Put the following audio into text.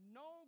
no